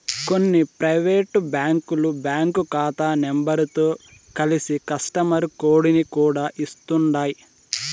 కొన్ని పైవేటు బ్యాంకులు బ్యాంకు కాతా నెంబరుతో కలిసి కస్టమరు కోడుని కూడా ఇస్తుండాయ్